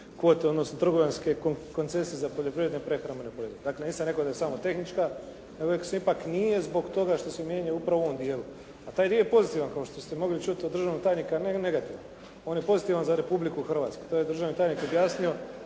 kvote odnosno trgovinske koncesije za poljoprivredno prehrambene proizvode. Dakle nisam rekao da je samo tehnička nego … /Govornik se ne razumije./ … nije zbog toga što se mijenja upravo u ovom dijelu, a taj dio je pozitivan kao što ste mogli čuti od državnog tajnika, a ne negativan. On je pozitivan za Republiku Hrvatsku. To je državni tajnik objasnio